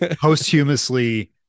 posthumously